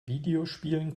videospielen